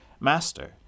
Master